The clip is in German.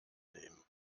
nehmen